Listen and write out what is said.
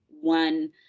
one